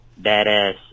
badass